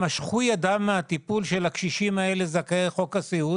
משכו ידם מהטיפול בקשישים זכאי חוק הסיעוד